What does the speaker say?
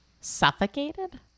Suffocated